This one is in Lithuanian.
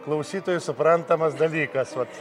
klausytojui suprantamas dalykas vat